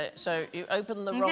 ah so you open the